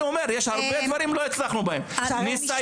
אין.